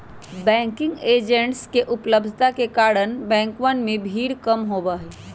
banking agents के उपलब्धता के कारण बैंकवन में भीड़ कम होबा हई